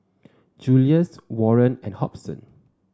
Julius Warren and Hobson